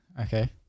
Okay